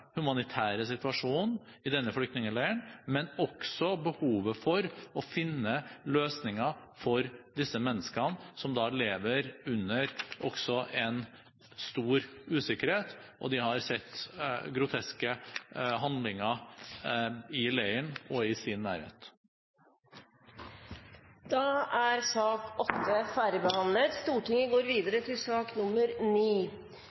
humanitære situasjonen i denne flyktningleiren, men også behovet for å finne løsninger for disse menneskene som lever under stor usikkerhet, og som har sett groteske handlinger i leiren og i sin nærhet. Sak nr. 8 er dermed ferdigbehandlet.